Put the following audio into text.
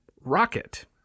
rocket